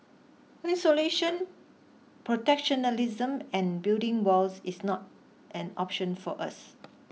isolation protectionism and building walls is not an option for us